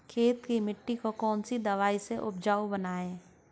खेत की मिटी को कौन सी दवाई से उपजाऊ बनायें?